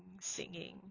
singing